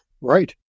right